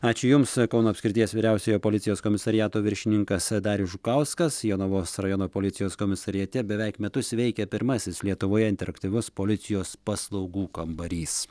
ačiū jums kauno apskrities vyriausiojo policijos komisariato viršininkas darius žukauskas jonavos rajono policijos komisariate beveik metus veikė pirmasis lietuvoje interaktyvus policijos paslaugų kambarys